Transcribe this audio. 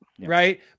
Right